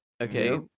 okay